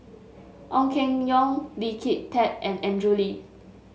Ong Keng Yong Lee Kin Tat and Andrew Lee